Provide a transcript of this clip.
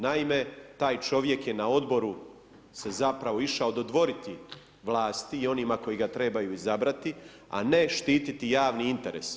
Naime, taj čovjek je odboru se zapravo išao dodvoriti vlasti i onima koji ga trebaju izabrati a ne štititi javni interes.